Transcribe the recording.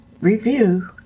review